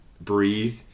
breathe